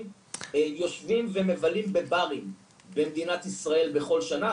יושבים ומבלים בברים במדינת ישראל בכל שנה,